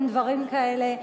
אין דברים כאלה.